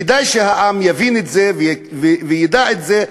כדאי שהעם יבין את זה וידע את זה,